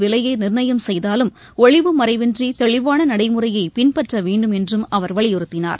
விலையை நிர்ணயம் செய்தாலும் ஒளிவு மறைவின்றி தெளிவான நடைமுறையை பின்பற்ற வேண்டும் என்று அவர் வலியுறுத்தினார்